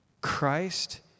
Christ